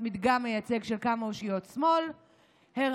מדגם מייצג של כמה אושיות שמאל הראה